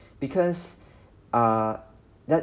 because uh that